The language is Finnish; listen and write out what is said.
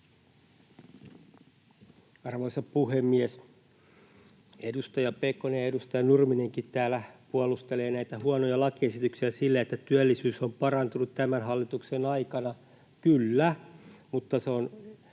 Arvoisa puhemies! Edustaja Pekonen ja edustaja Nurminenkin täällä puolustelevat näitä huonoja lakiesityksiä sillä, että työllisyys on parantunut tämän hallituksen aikana. Kyllä, mutta se on